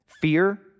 Fear